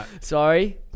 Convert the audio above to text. Sorry